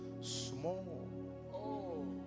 small